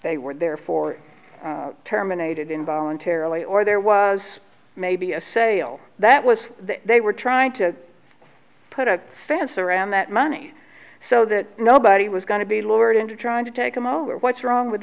they were therefore terminated in voluntarily or there was maybe a sale that was they were trying to put a fence around that money so that nobody was going to be lured into trying to take them over what's wrong with